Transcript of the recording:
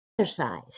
exercise